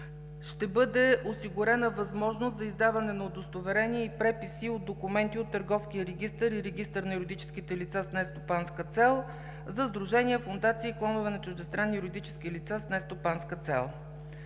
ще бъде осигурена възможност за издаване на удостоверения и преписи от документи от Търговския регистър и Регистъра на юридическите лица с нестопанска цел за сдружения, фондации и клонове на чуждестранни юридически лица с нестопанска цел.